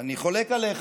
אני חולק עליך.